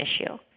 issue